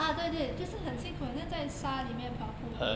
ah 对对就是很辛苦很想在沙里面跑步会